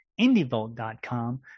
indievolt.com